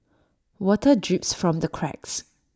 water drips from the cracks